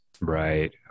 Right